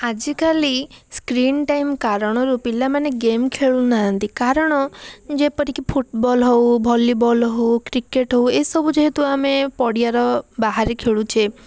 ଆଜିକାଲି screen time କାରଣରୁ ପିଲାମାନେ ଗେମ୍ ଖେଳୁ ନାହାନ୍ତି କାରଣ ଯେପରି କି ଫୁଟବଲ୍ ହେଉ ଭଲିବଲ୍ ହେଉ କ୍ରିକେଟ୍ ହେଉ ଏ ସବୁ ଯେହେତୁ ଆମେ ପଡ଼ିଆର ବାହାରେ ଖେଳୁଛେ